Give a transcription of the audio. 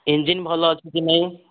engine ଭଲ ଅଛି କି ନାହିଁ